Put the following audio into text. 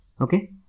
okay